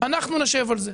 אנחנו נשב על זה.